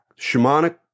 shamanic